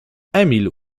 emil